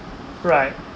right